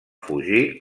fugir